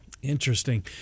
Interesting